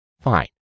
fine